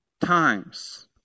times